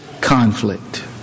conflict